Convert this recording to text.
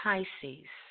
Pisces